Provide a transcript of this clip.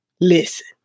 listen